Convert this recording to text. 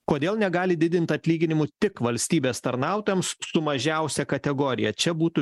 kodėl negali didint atlyginimų tik valstybės tarnautojams su mažiausia kategorija čia būtų